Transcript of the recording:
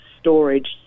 storage